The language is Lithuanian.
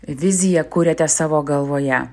viziją kuriate savo galvoje